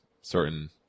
certain